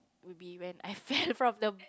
would be when I fell from the